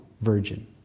virgin